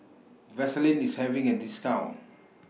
Vaselin IS having A discount